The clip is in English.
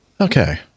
Okay